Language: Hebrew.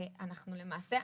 אנחנו למעשה,